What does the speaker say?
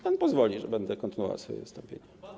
Pan pozwoli, że będę kontynuował swoje wystąpienie.